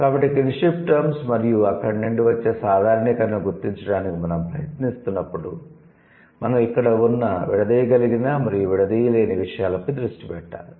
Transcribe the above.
కాబట్టి 'kinship terms' మరియు అక్కడి నుండి వచ్చే సాధారణీకరణను గుర్తించడానికి మనం ప్రయత్నిస్తున్నప్పుడు మనం ఇక్కడ ఉన్న విడదీయగలిగిన మరియు విడదీయలేని విషయాలపై దృష్టి పెట్టాలి